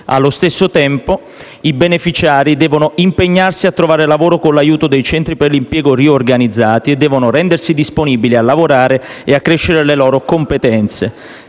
Allo stesso tempo, i beneficiari devono impegnarsi a trovare lavoro con l'aiuto dei centri per l'impiego riorganizzati e devono rendersi disponibili a lavorare e ad accrescere le loro competenze.